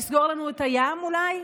לסגור לנו את הים אולי?